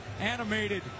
animated